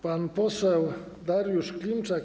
Pan poseł Dariusz Klimczak.